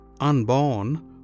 unborn